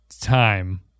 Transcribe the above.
time